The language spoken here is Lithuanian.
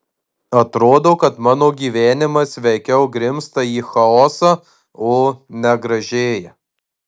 atrodo kad mano gyvenimas veikiau grimzta į chaosą o ne gražėja